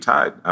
Tied